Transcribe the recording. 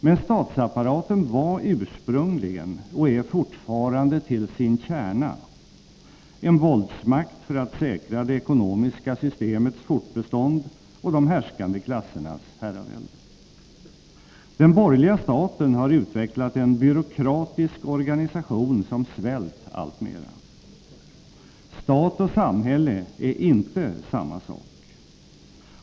Men statsapparaten var ursprungligen och är fortfarande till sin kärna en våldsmakt för att säkra det ekonomiska systemets fortbestånd och de härskande klassernas herravälde. Den borgerliga staten har utvecklat en byråkratisk organisation som svällt alltmera. Stat och samhälle är inte samma sak.